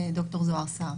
ד"ר זהר סהר.